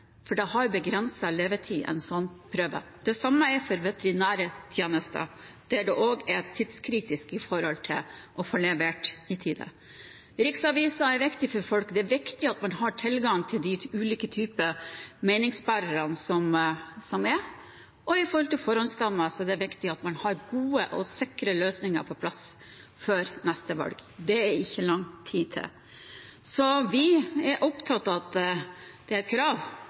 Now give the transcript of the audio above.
prøve har en begrenset levetid. Det samme gjelder for veterinærtjenester, der det også er tidskritisk med tanke på å få levert i tide. Riksaviser er viktig for folk. Det er viktig at man har tilgang til de ulike typene meningsbærere som finnes. Når det gjelder forhåndsstemmer, er det viktig at man har gode og sikre løsninger på plass før neste valg. Det er ikke lenge til. Vi er opptatt av at det er et krav